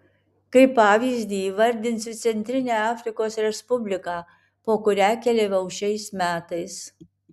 kaip pavyzdį įvardinsiu centrinę afrikos respubliką po kurią keliavau šiais metais